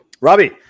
Robbie